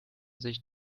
sich